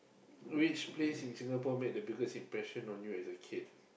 which place in Singapore made the biggest impression on you as a kid